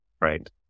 Right